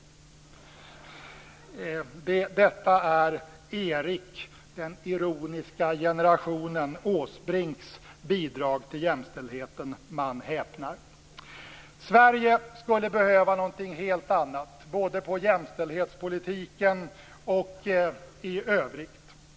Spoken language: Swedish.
Detta är Erik "den ironiska generationen" Åsbrinks bidrag till jämställdheten. Man häpnar. Sverige skulle behöva någonting helt annat, både på jämställdhetspolitikens område och i övrigt.